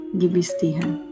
gibistihan